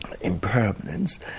impermanence